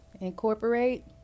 incorporate